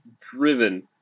driven